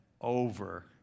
over